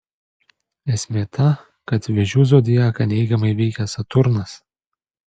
esmė ta kad vėžių zodiaką neigiamai veikia saturnas